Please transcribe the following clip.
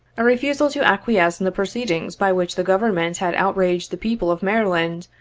a refusal to acquiesce in the proceedings by which the government had outraged the people of maryland,